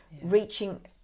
Reaching